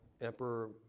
Emperor